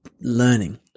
learning